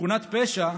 בשכונת פשע,